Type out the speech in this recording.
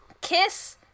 kiss